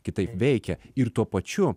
kitaip veikia ir tuo pačiu